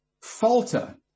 falter